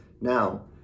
Now